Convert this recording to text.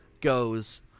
goes